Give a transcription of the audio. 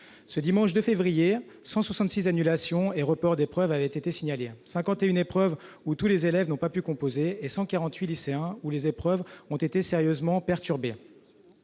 Dimanche 2 février, 166 annulations et reports d'épreuves avaient été signalés, 51 épreuves où tous les élèves n'ont pas pu composer et 148 lycées où les épreuves ont été sérieusement perturbées.